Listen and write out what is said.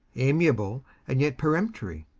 amiable and yet peremptory,